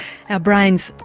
our brains,